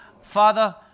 Father